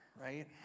right